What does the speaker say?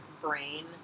brain